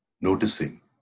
Noticing